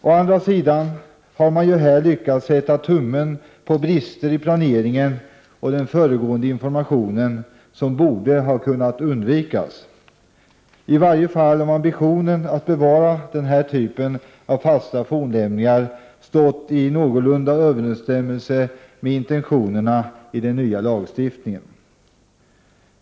Å andra sidan har man ju här lyckats sätta tummen på brister i planeringen och den föregående informationen som borde ha kunnat undvikas, i varje fall om ambitionen att bevara denna typ av fasta fornlämningar stått i någorlunda överensstämmelse med intentionerna i den nya lagstiftningen.